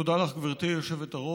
תודה לך, גברתי היושבת-ראש.